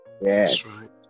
Yes